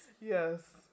Yes